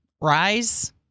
rise